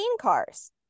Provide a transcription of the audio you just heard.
cars